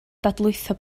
dadlwytho